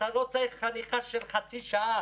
אתה לא צריך חניכה של חצי שעה,